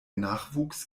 nachwuchs